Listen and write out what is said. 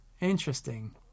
Interesting